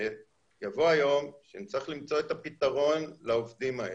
שיבוא היום שנצטרך למצוא את הפתרון לעובדים האלה.